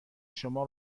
شما